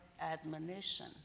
admonition